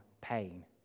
pain